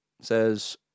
says